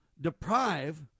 deprive